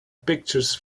pictures